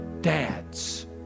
Dads